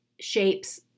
shapes